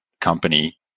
company